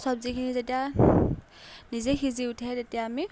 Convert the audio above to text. চব্জিখিনি যেতিয়া নিজে সিজি উঠে তেতিয়া আমি